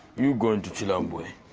you're going to chilambwe.